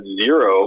zero